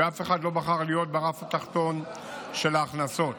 ואף אחד לא בחר להיות ברף התחתון של ההכנסות.